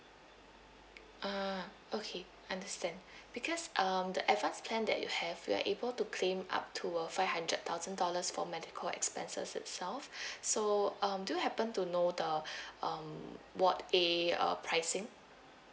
ah okay understand because um the advance plan that you have you're able to claim up to a five hundred thousand dollars for medical expenses itself so um do you happened to know the um ward A uh pricing